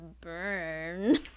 burn